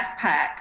backpack